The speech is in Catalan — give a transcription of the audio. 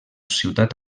ciutat